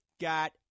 got